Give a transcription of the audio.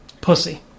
Pussy